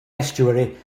estuary